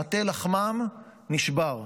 מטה לחמם נשבר.